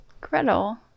Gretel